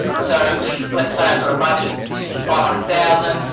so let's say i've got a budget that's five hundred thousand